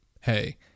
hey